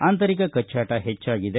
ಆಂತರಿಕ ಕಚ್ಚಾಟ ಹೆಚ್ಚಾಗಿದೆ